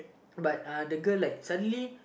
but the girl like suddenly